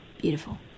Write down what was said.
Beautiful